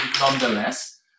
nonetheless